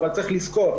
אבל צריך לזכור,